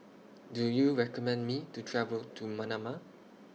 Do YOU recommend Me to travel to Manama